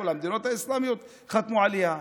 כל המדינות האסלאמיות חתמו עליה.